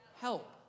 help